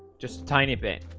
just a tiny bit